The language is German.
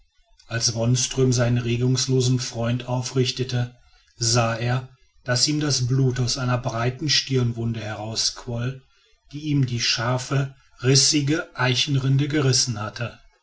als wonström seinen regungslosen freund aufrichtete sah er daß ihm das blut aus einer breiten stirnwunde herausquoll die ihm die scharfe rissige eichenrinde gerissen hatte